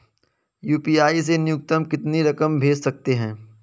UPI से न्यूनतम कितनी रकम भेज सकते हैं?